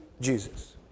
Jesus